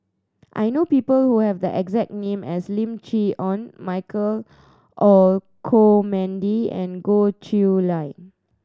I know people who have the exact name as Lim Chee Onn Michael Olcomendy and Goh Chiew Lye